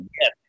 Yes